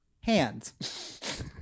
hands